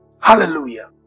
Hallelujah